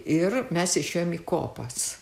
ir mes išėjome į kopas